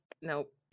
Nope